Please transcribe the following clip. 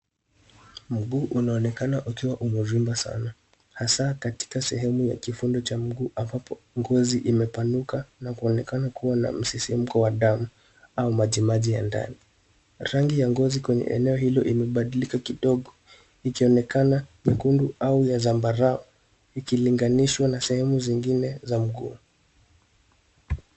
Mguu unaonekana ukiwa umevimba sana hasa katika sehemu ya kivundo cha mguu ambapo ngozi imepanuka na kuonekana kuwa na msisimko wa damu au majimaji ya ndani. Rangi ya ngozi kwenye eneo hilo imebadilika kidogo ikionekana nyekundu au ya zambarau ikilinganishwa na sehemu zingine za mguu.